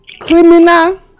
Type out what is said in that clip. criminal